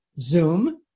Zoom